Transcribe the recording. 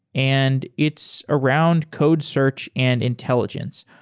and it's around code search and intelligence.